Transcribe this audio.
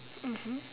mmhmm